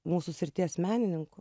mūsų srities meninių